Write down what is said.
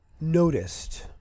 noticed